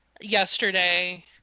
Yesterday